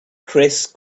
chris